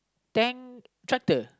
tank tractor